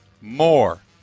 more